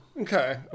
Okay